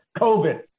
COVID